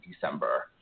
December